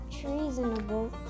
treasonable